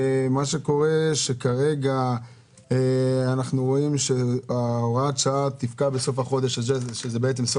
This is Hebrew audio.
ומה שקורה שכרגע אנחנו רואים שהוראת השעה תפקע בסוף החודש הזה,